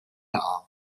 laqgħa